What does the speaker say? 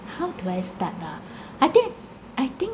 how do I start ah I think I I think